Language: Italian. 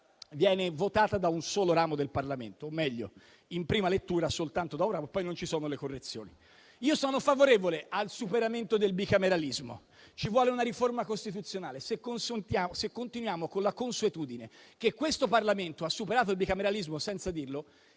viene votata da un solo ramo del Parlamento, o meglio in prima lettura soltanto da ora, ma poi non ci sono le correzioni. Io sono favorevole al superamento del bicameralismo; ci vuole una riforma costituzionale se continuiamo con la consuetudine che questo Parlamento ha superato il bicameralismo senza dirlo,